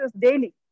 daily